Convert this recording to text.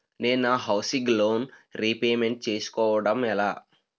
నేను నా housing loan repayment చేసుకోవటం ఎలా?